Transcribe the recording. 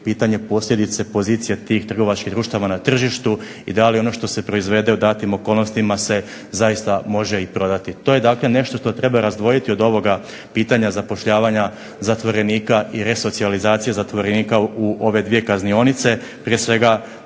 pitanje posljedice pozicija tih trgovačkih društava na tržištu i da li je ono što se proizvede u datim okolnostima se zaista može i prodati. To je nešto što treba razdvojiti pitanja zapošljavanja zaposlenika i resocijalizacije zatvorenika u ove dvije kaznionice. Prije svega